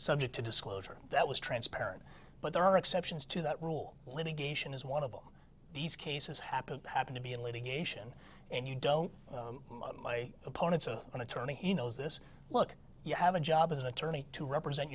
subject to disclosure that was transparent but there are exceptions to that rule litigation is one of these cases happen happen to be a lady geisha and you don't my opponent so an attorney knows this look you have a job as an attorney to represent